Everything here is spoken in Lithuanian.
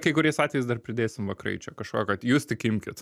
kai kuriais atvejais dar pridėsim va kraičio kažkokio jūs tik imkit